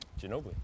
Ginobili